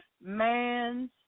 man's